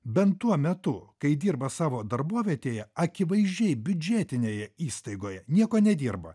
bent tuo metu kai dirba savo darbovietėje akivaizdžiai biudžetinėje įstaigoje nieko nedirba